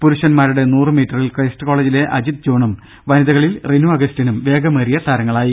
പുരുഷൻമാരുടെ നൂറ് മീറ്ററിൽ ക്രൈസ്റ്റ് കോളെജിലെ അജിത്ത് ജോണും വനിതകളിൽ റിനു അഗസ്റ്റിനും വേഗമേറിയ താരങ്ങളായി